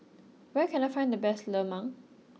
where can I find the best Lemang